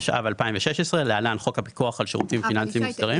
התשע"ו-2016 (להלן החוק הפיקוח על שירותים פיננסיים מוסדרים).